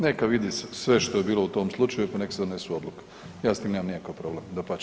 Neka vidi sve što je bilo u tom slučaju, pa nek se donesu odluke, ja s tim nemam nikakav problem, dapače.